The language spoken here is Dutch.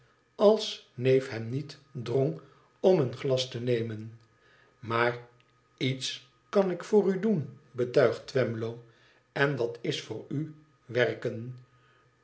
als neef hem niet drong om een glas te nemen maar iets kan ik voor u doen betuigt twemlow en dat is voor u werken